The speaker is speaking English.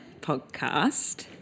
podcast